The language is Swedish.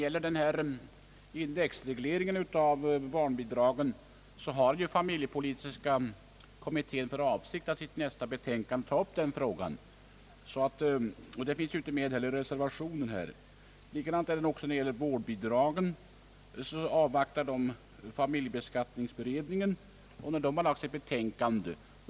Herr talman! Familjepolitiska kommittén har för avsikt att i sitt nästa betänkande ta upp frågan om indexreglering av barnbidragen. Den frågan finns ju inte heller med i reservationen, Likadant är förhållandet när det gäller vårdbidragen. Man avvaktar familjebeskattningsberedningens betänkande.